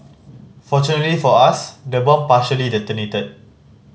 fortunately for us the bomb partially detonated